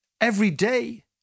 everyday